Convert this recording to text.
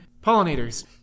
pollinators